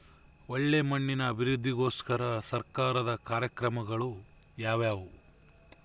ಒಳ್ಳೆ ಮಣ್ಣಿನ ಅಭಿವೃದ್ಧಿಗೋಸ್ಕರ ಸರ್ಕಾರದ ಕಾರ್ಯಕ್ರಮಗಳು ಯಾವುವು?